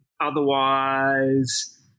Otherwise